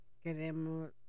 queremos